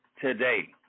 today